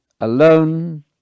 alone